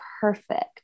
perfect